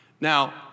Now